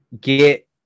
get